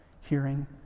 hearing